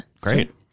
Great